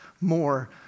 more